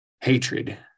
hatred